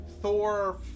thor